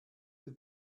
the